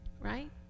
Right